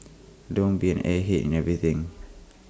don't be an airhead in everything